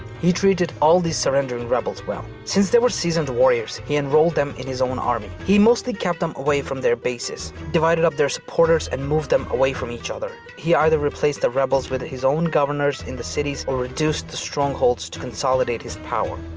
he treated all the surrendering rebels well. since they were seasoned warriors, he enrolled them in his own army. he mostly kept them away from their bases, divided up their supporters and moved them away from each other. he either replaced the rebels with his own governors in their cities or reduced the strongholds to consolidate his power.